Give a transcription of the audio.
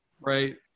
right